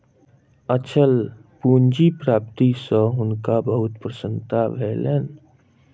अचल पूंजी प्राप्ति सॅ हुनका बहुत प्रसन्नता भेलैन